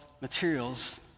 materials